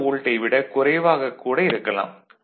2 வோல்ட்டை விட குறைவாக கூட இருக்கலாம்